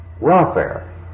welfare